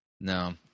No